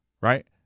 right